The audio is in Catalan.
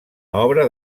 obra